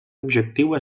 objectiu